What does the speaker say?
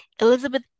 elizabeth